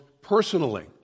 personally